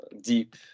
deep